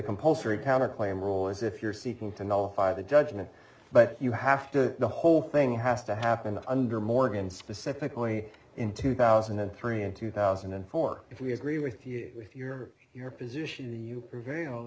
compulsory counterclaim rule is if you're seeking to nullify the judgement but you have to the whole thing has to happen under morgan specifically in two thousand and three and two thousand and four if you agree with you if you're your position you